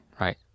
right